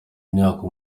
imyaka